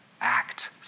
Act